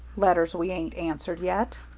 letters we ain't answered yet.